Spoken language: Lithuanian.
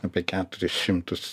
apie keturis šimtus